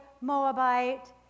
Moabite